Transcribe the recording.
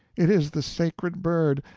it is the sacred bird,